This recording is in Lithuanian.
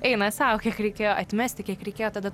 eina sau kiek reikėjo atmesti kiek reikėjo tada